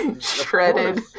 shredded